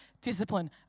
Discipline